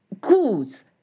goods